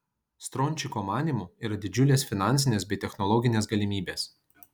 strončiko manymu yra didžiulės finansinės bei technologinės galimybės